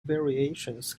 variations